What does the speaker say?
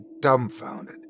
dumbfounded